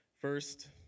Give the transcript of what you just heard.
First